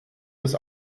des